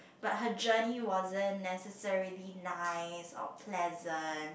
but her journey wasn't necessarily nice or pleasant